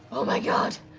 oh my god.